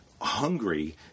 hungry